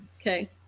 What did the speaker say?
Okay